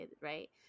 right